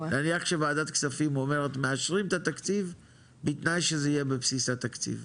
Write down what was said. נניח שוועדת כספים אומרת מאשרים את התקציב בתנאי שזה יהיה בבסיס התקציב.